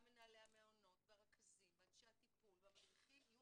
מנהלי המעונות והרכזים ואנשי הטיפול והמדריכים יהיו